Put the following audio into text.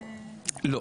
לא,